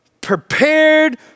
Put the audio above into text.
prepared